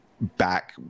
back